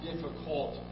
difficult